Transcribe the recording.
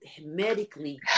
medically